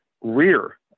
rear